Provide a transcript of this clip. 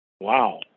Wow